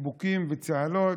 חיבוקים וצהלות.